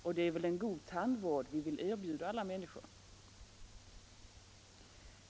Och det är väl en god tandvård vi vill erbjuda alla människor?